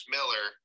Miller